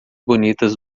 bonitas